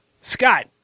scott